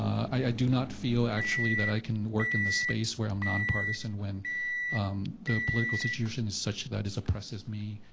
i do not feel, actually, that i can work in the space where i'm nonpartisan when the political situation is such that it oppresses me,